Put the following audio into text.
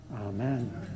Amen